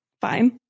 Fine